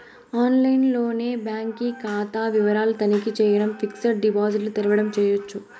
ఆన్లైన్లోనే బాంకీ కాతా వివరాలు తనఖీ చేయడం, ఫిక్సిడ్ డిపాజిట్ల తెరవడం చేయచ్చు